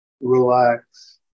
relax